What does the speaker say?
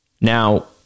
Now